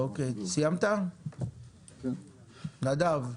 סיימת, נדב?